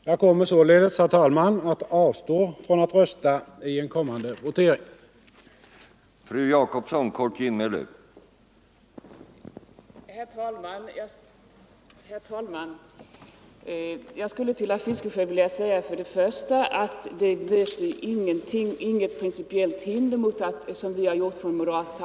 Jag kommer således, herr talman, att avstå från att rösta i en = lagförslag kommande votering.